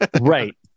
right